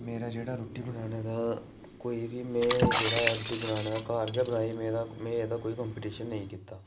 मेरा जेह्ड़ा रुट्टी बनाने दा कोई बी में जेह्ड़ा रुट्टी बनाना घर गै बनाई में एह्दा कोई कम्पीटिशन नेईं कीता